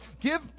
Give